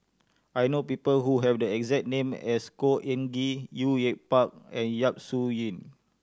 I know people who have the exact name as Khor Ean Ghee Au Yue Pak and Yap Su Yin